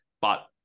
but-